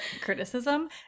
criticism